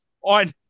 on